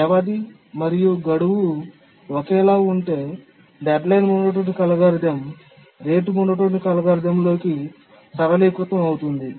వ్యవధి మరియు గడువు ఒకేలా ఉంటే deadline monotonic algorithm rate monotonic algorithm లోకి సరళీకృతం అవుతుంది